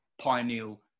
pineal